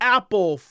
Apple